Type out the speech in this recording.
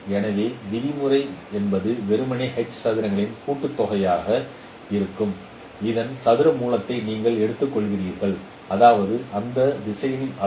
எனவே விதிமுறை என்பது வெறுமனே h சதுரங்களின் கூட்டுத்தொகையாக இருக்கும் இதன் சதுர மூலத்தை நீங்கள் எடுத்துக்கொள்கிறீர்கள் அதாவது அந்த திசையனின் அளவு